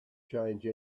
change